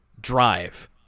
drive